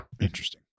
interesting